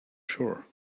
sure